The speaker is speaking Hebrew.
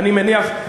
אני מניח,